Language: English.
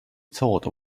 thought